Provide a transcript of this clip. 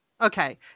Okay